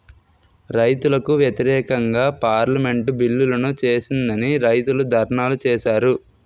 రైతులకు వ్యతిరేకంగా పార్లమెంటు బిల్లులను చేసిందని రైతులు ధర్నాలు చేశారు